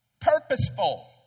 purposeful